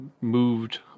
moved